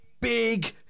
big